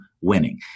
Winning